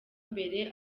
mbere